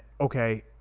okay